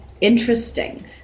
interesting